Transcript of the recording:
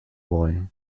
boy